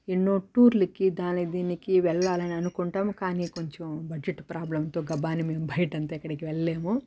ఎన్నో టూర్లకి దానికి దీనికి వెళ్లాలని అనుకుంటాం కానీ కొంచం బడ్జెట్ ప్రాబ్లమ్తో గబా అని మేం బయటంతా ఎక్కడికి వెళ్ళలేము